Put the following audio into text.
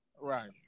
Right